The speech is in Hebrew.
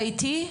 טובים.